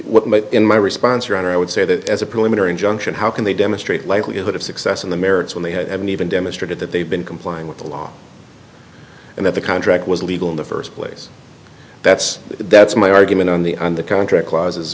in my response your honor i would say that as a preliminary injunction how can they demonstrate likelihood of success on the merits when they haven't even demonstrated that they've been complying with the law and that the contract was legal in the first place that's that's my argument on the on the contract clauses